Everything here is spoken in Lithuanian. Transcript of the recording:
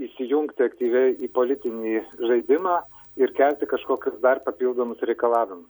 įsijungti aktyviai į politinį žaidimą ir kelti kažkokius dar papildomus reikalavimus